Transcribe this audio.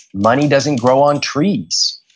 money doesn't grow on trees,